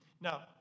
Now